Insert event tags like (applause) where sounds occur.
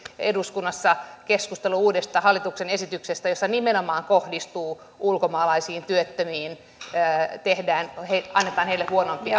eduskunnassa keskustelu uudesta hallituksen esityksestä joka nimenomaan kohdistuu ulkomaalaisiin työttömiin että annetaan heille huonompi (unintelligible)